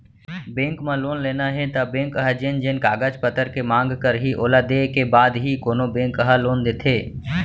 bank म loan लेना हे त बेंक ह जेन जेन कागज पतर के मांग करही ओला देय के बाद ही कोनो बेंक ह लोन देथे